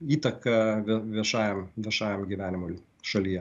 įtaką vie viešajam viešajam gyvenimui šalyje